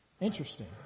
Interesting